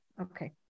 okay